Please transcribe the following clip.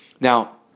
Now